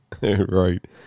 Right